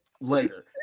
later